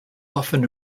often